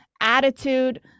attitude